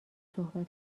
صحبت